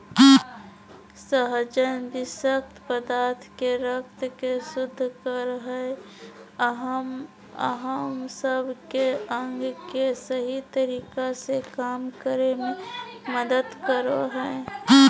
सहजन विशक्त पदार्थ के रक्त के शुद्ध कर हइ अ हम सब के अंग के सही तरीका से काम करे में मदद कर हइ